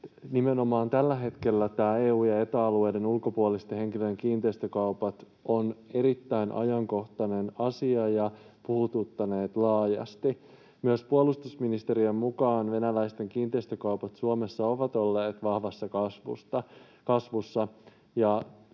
Nimenomaan tällä hetkellä nämä EU- ja ETA-alueiden ulkopuolisten henkilöiden kiinteistökaupat ovat erittäin ajankohtainen asia ja puhututtaneet laajasti. Myös puolustusministeriön mukaan venäläisten kiinteistökaupat Suomessa ovat olleet vahvassa kasvussa,